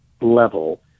level